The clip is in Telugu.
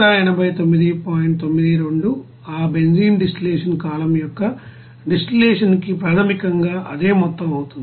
92 ఆ బెంజీన్ డిస్టిలేషన్ కాలమ్ యొక్క డిస్టిల్లషన్ కి ప్రాథమికంగా అదే మొత్తం అవుతుంది